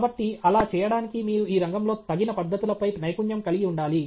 కాబట్టి అలా చేయడానికి మీరు ఈ రంగంలో తగిన పద్ధతులపై నైపుణ్యం కలిగి ఉండాలి